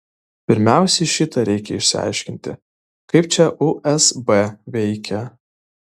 pirmiausiai šitą reikia išsiaiškinti kaip čia usb veikia